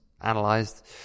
analyzed